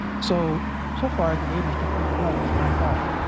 so so far the neighbors don't really know it's my fault.